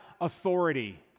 authority